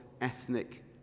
ethnic